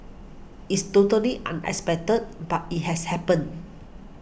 it's totally unexpected but it has happened